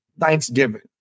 thanksgiving